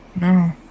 No